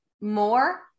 more